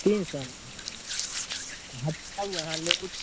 तीन सओमे तऽ हटाउ अहाँ लऽ जाउ